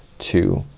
two,